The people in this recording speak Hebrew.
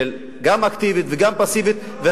גם אקטיבית וגם פסיבית.